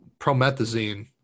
promethazine